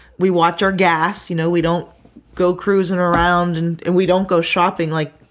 we watch our gas. you know, we don't go cruisin' around and and we don't go shopping. like,